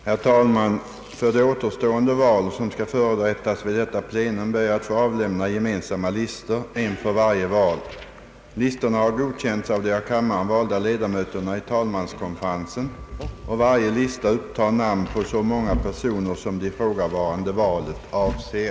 Herr talman! För de återstående val som skall förrättas vid detta plenum ber jag att få avlämna gemensamma listor, en för varje val. Listorna har godkänts av de av kammaren valda ledamöterna i talmanskonferensen, och varje lista upptar namn på så många personer som det ifrågavarande valet avser.